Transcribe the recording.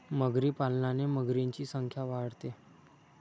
मगरी पालनाने मगरींची संख्या वाढते